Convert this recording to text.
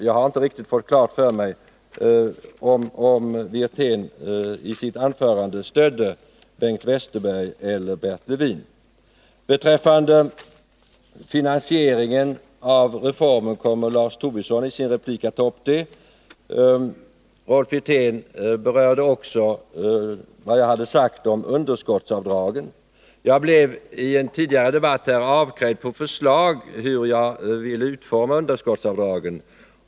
Jag har inte fått klart för mig om Rolf Wirtén i sitt anförande stödde Bengt Westerbergs eller Bert Levins uttalande. Frågan om finansieringen av reformen kommer Lars Tobisson att beröra i sin replik. I sitt anförande berörde Rolf Wirtén också vad jag hade sagt om underskottsavdragen. I en tidigare debatt blev jag avkrävd förslag om hur jag ville utforma underskottsavdragen.